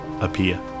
appear